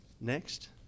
next